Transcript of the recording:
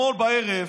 אתמול בערב